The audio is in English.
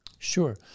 Sure